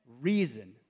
reason